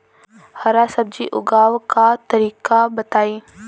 हरा सब्जी उगाव का तरीका बताई?